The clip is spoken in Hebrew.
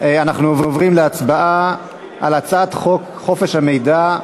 אנחנו עוברים להצבעה על הצעת חוק חופש המידע (תיקון,